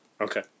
Okay